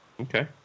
Okay